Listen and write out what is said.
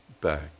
back